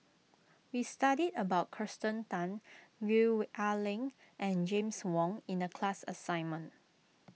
we studied about Kirsten Tan Gwee Ah Leng and James Wong in the class assignment